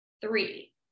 Three